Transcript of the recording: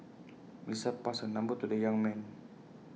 Melissa passed her number to the young man